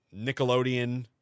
Nickelodeon